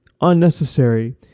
unnecessary